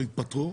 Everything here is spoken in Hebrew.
יתפטרו.